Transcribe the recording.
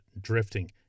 drifting